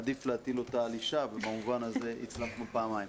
עדיף להטיל אותה על אישה ובמובן הזה הצלחנו פעמיים.